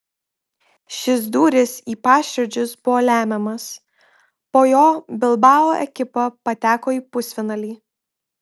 šis dūris į paširdžius buvo lemiamas po jo bilbao ekipa pateko į pusfinalį